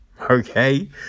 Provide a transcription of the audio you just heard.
okay